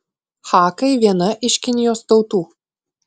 hakai viena iš kinijos tautų